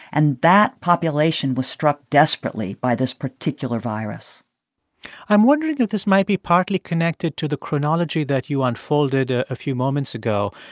and that population was struck desperately by this particular virus i'm wondering if this might be partly connected to the chronology that you unfolded a ah few moments ago.